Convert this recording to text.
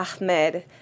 Ahmed